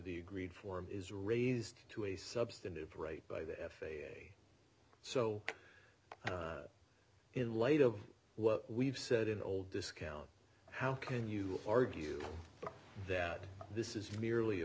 the agreed form is raised to a substantive rate by the f a a so in light of what we've said in old discount how can you argue that this is merely a